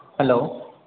hello